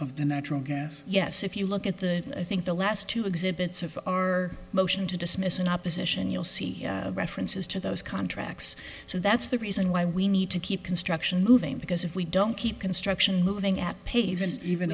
of the natural gas yes if you look at the i think the last two exhibits of our motion to dismiss an opposition you'll see references to those contracts so that's the reason why we need to keep construction moving because if we don't keep construction moving at pace even